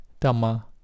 Dhamma